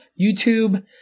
YouTube